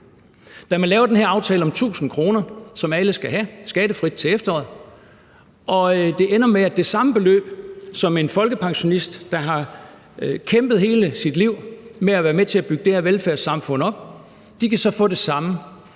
Da man lavede den her aftale om 1.000 kr., som alle skal have skattefrit til efteråret, ender det med, at en folkepensionist, der har kæmpet hele sit liv med at være med til at bygge det her velfærdssamfund op, kan få det samme